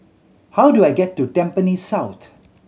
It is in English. how do I get to Tampines South